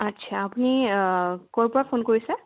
আচ্ছা আপুনি ক'ৰপৰা ফোন কৰিছে